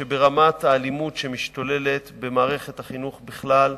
שברמת האלימות שמשתוללת במערכת החינוך בכלל,